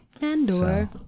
Andor